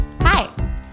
Hi